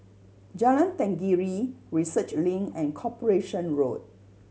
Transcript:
Jalan Tenggiri Research Link and Corporation Road